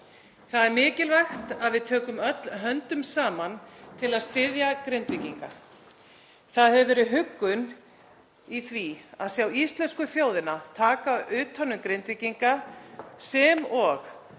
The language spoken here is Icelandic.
Það er mikilvægt að við tökum öll höndum saman til að styðja Grindvíkinga. Það hefur verið huggun í því að sjá íslensku þjóðina taka utan um Grindvíkinga sem og